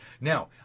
Now